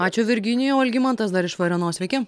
ačiū virginijau algimantas dar iš varėnos sveiki